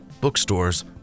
Bookstores